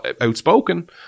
outspoken